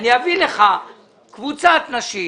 אני אביא לך קבוצת נשים,